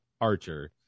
Archer